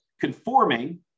conforming